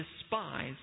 despise